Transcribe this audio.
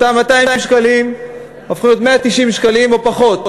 אותם 200 שקלים הופכים להיות 190 שקלים או פחות.